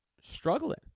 Struggling